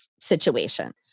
situation